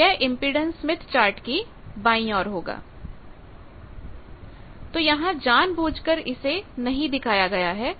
यह impedance Smith chart की बाई और होगा तो यहां जानबूझकर इसे नहीं दिखाया गया है